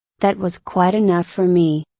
that was quite enough for me!